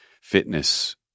fitness